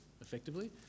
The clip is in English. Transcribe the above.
effectively